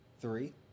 three